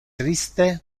triste